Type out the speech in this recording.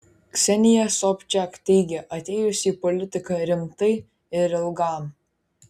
ksenija sobčiak teigia atėjusi į politiką rimtai ir ilgam